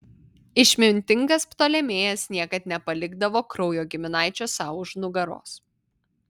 išmintingas ptolemėjas niekad nepalikdavo kraujo giminaičio sau už nugaros